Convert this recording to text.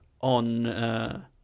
on